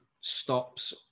stops